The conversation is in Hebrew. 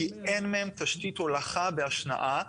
כי אין להן תשתית הולכה והשנעה.